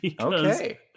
Okay